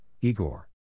Igor